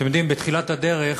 אתם יודעים, בתחילת הדרך